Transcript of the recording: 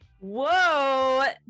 whoa